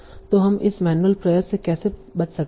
तो हम इस मैनुअल प्रयास से कैसे बच सकते हैं